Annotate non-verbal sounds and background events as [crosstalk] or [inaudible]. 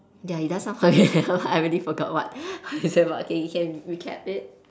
ya it does sound familiar [laughs] I already forgot what [laughs] what you said about it you can recap it